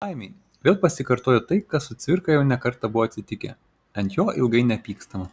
laimei vėl pasikartojo tai kas su cvirka jau ne kartą buvo atsitikę ant jo ilgai nepykstama